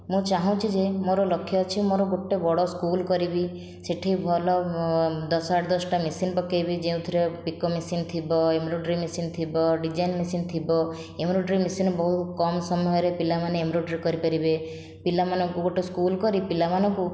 ମୁଁ ଚାହୁଁଛି ଯେ ମୋର ଲକ୍ଷ୍ୟ ଅଛି ମୋର ଗୋଟିଏ ବଡ଼ ସ୍କୁଲ କରିବି ସେଠି ଭଲ ଦଶ ଆଠ ଦଶଟା ମେସିନ୍ ପକାଇବି ଯେଉଁଥିରେ ପିକୋ ମେସିନ୍ ଥିବ ଏମ୍ବ୍ରୋଡରୀ ମେସିନ୍ ଥିବ ଡିଜାଇନ୍ ମେସିନ୍ ଥିବ ଏମ୍ବ୍ରୋଡରୀ ମେସିନ୍ ବହୁ କମ୍ ସମୟରେ ପିଲାମାନେ ଏମ୍ବ୍ରୋଡରୀ କରିପାରିବେ ପିଲାମାନଙ୍କୁ ଗୋଟିଏ ସ୍କୁଲ କରି ପିଲାମାନଙ୍କୁ